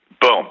Boom